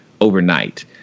overnight